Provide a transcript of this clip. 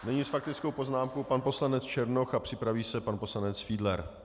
S faktickou poznámkou pan poslanec Černoch a připraví se pan poslanec Fiedler.